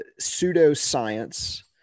pseudoscience